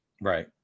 right